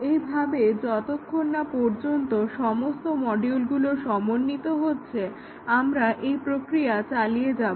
এইভাবে যতক্ষণ না পর্যন্ত সমস্ত মডিউলগুলো সমন্বিত হচ্ছে আমরা এই প্রক্রিয়া চালিয়ে যাব